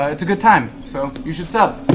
it's a good time. so you should sub.